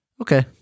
Okay